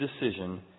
decision